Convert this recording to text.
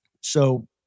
So-